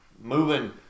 moving